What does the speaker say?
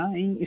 em